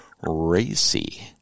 racy